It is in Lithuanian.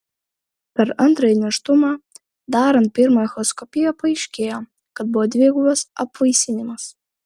per antrąjį nėštumą darant pirmą echoskopiją paaiškėjo kad buvo dvigubas apvaisinimas